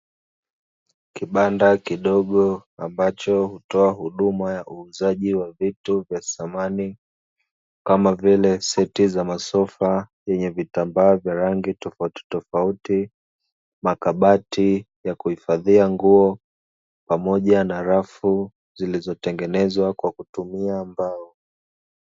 Kibanda kidogo ambacho hutoa huduma ya uuzaji wa vitu vya samani kama vile; seti za masofa yenye vitambaa vya rangi tofautitofauti, makabati ya kuhifadhia nguo pamoja na rafu zilizotengenezwa kwa kutumia mbao.